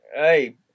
hey